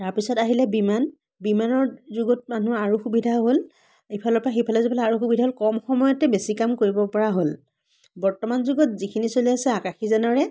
তাৰ পিছত আহিলে বিমান বিমানৰ যুগত মানুহ আৰু সুবিধা হ'ল ইফালৰ পৰা সিফালে যাবলৈ আৰু সুবিধা হ'ল কম সময়তে বেছি কাম কৰিব পৰা হ'ল বৰ্তমান যুগত যিখিনি চলি আছে আকাশী যানেৰে